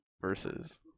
Versus